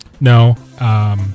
No